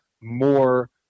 more